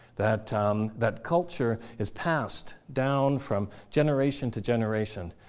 that um that culture is passed down from generation to generation.